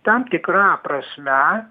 tam tikra prasme